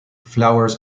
flowers